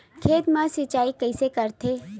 खेत मा सिंचाई कइसे करथे?